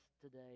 today